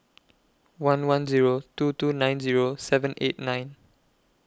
one one Zero two two nine Zero seven eight nine